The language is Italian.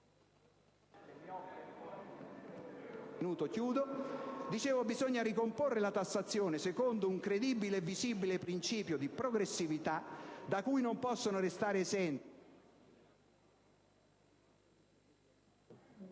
Bisogna piuttosto ricomporre la tassazione secondo un credibile e visibile principio di progressività, da cui non possono restare esenti